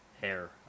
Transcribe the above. hair